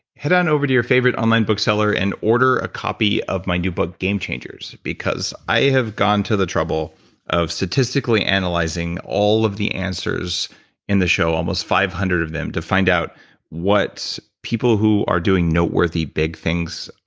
head on over to your favorite online bookseller and order a copy of my new book game changers, because i have gone to the trouble of statistically analyzing all of the answers in the show, almost five hundred of them to find out what people who are doing noteworthy big things,